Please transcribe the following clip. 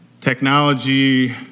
Technology